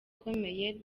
ikomeye